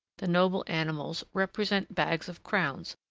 the noble animals, represent bags of crowns,